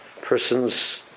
Person's